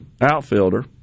outfielder